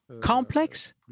Complex